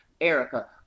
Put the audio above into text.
Erica